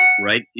right